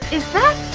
is that.